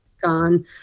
gone